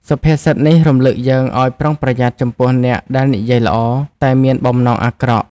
សុភាសិតនេះរំឭកយើងឱ្យប្រុងប្រយ័ត្នចំពោះអ្នកដែលនិយាយល្អ តែមានបំណងអាក្រក់។